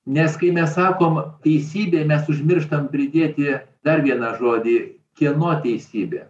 nes kai mes sakom teisybė nes užmirštam pridėti dar vieną žodį kieno teisybė